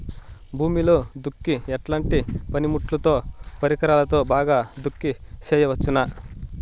భూమిలో దుక్కి ఎట్లాంటి పనిముట్లుతో, పరికరాలతో బాగా దుక్కి చేయవచ్చున?